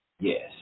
yes